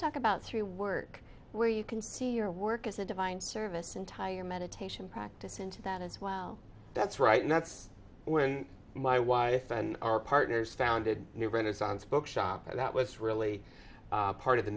talk about through work where you can see your work as a divine service entire meditation practice into that as well that's right now that's when my wife and our partners founded the new renaissance bookshop and that was really part of the